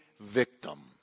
victim